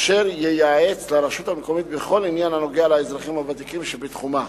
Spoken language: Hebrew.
אשר ייעץ לרשות המקומית בכל עניין הנוגע לאזרחים הוותיקים שבתחומה.